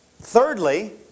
Thirdly